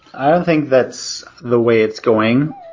i don't think that's the way it's going.